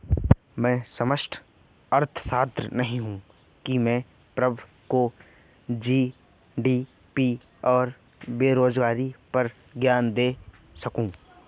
मैं समष्टि अर्थशास्त्री नहीं हूं की मैं प्रभा को जी.डी.पी और बेरोजगारी पर ज्ञान दे सकूं